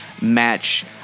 match